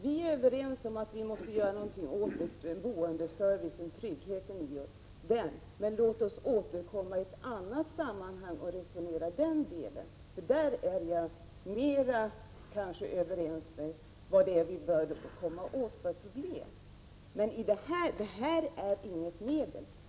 Vi är överens om att vi måste göra någonting åt boendeservicen, tryggheten, men låt oss återkomma och resonera om den saken i ett annat sammanhang — på den punkten är vi kanske mer överens om vilket problem det är vi bör komma åt. Men det här är inget medel.